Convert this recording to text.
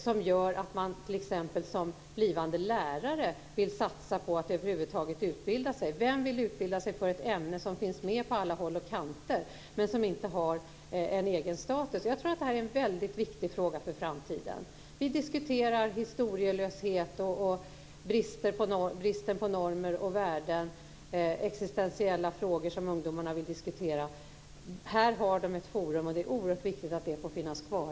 Det gör att man t.ex. som blivande lärare vill satsa på att över huvud taget utbilda sig. Vem vill utbilda sig för ett ämna som finns med på alla håll och kanter, men som inte har en egen status? Det här är en väldigt viktig fråga för framtiden. Vi diskuterar historielöshet och bristen på normer och värden. Ungdomarna vill diskutera existentiella frågor. Här har de ett forum, och det är oerhört viktigt att det får finnas kvar.